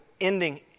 ending